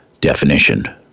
definition